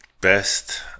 Best